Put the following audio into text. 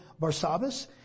Barsabbas